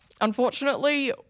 Unfortunately